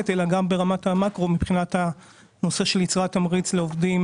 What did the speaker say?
אלא גם ברמת המקרו מבחינת הנושא של יצירת תמריץ לעובדים